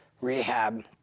rehab